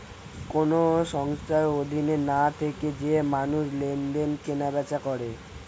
কোন সংস্থার অধীনে না থেকে যে মানুষ লেনদেন, কেনা বেচা করে